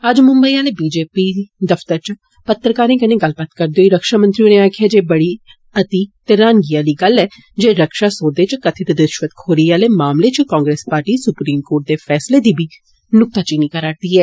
अज्ज मुम्बई आह्ले B J P दफ्तर च पत्रकारें कन्नै गल्ल करदे होई रक्षामंत्री होरें आक्खेआ ऐ जे ए बड़ी अत्ती ते रहानगी आली गल्ल ऐ जे रक्षा सौदे च कथित रिष्वतखौरी आले मामलें च कांग्रेस पार्टी सुप्रीम कोर्ट दे फैसले दी बी नुक्ताचीनी करारदी ऐ